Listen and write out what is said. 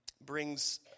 brings